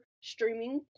streaming